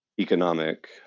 economic